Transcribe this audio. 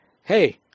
Hey